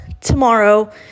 tomorrow